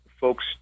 Folks